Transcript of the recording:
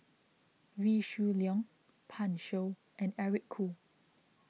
Wee Shoo Leong Pan Shou and Eric Khoo